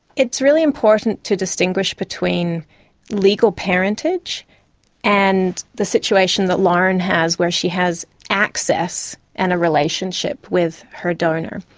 it's really important to distinguish between legal parentage and the situation that lauren has where she has access and a relationship with her donor.